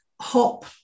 hop